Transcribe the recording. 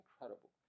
incredible